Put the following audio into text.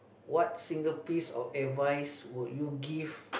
what single piece of advice would you give